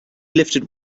lifted